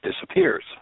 disappears